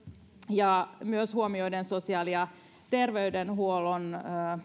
ja myös kun huomioidaan sosiaali ja terveydenhuollon